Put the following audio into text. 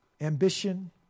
ambition